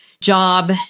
job